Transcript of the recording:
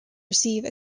receive